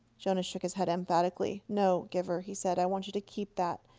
jonas shook his head emphatically. no, giver, he said. i want you to keep that,